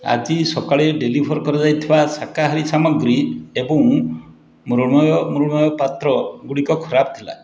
ଆଜି ସକାଳେ ଡେଲିଭର୍ କରାଯାଇଥିବା ଶାକାହାରୀ ସାମଗ୍ରୀ ଏବଂ ମୃଣ୍ମୟ ମୃଣ୍ମୟ ପାତ୍ର ଗୁଡ଼ିକ ଖରାପ ଥିଲା